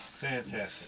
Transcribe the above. Fantastic